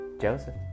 Joseph